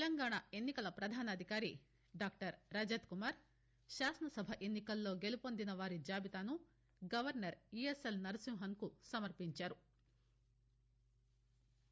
తెలంగాణ ఎన్నికల ప్రధాన అధికారి డాక్టర్ రజత్కుమార్ శాసనసభ ఎన్నికల్లో గెలుపొందిన వారి జాబితాను గవర్నర్ ఈఎస్ఎల్ నరసింహన్కు సమర్పించారు